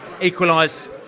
equalised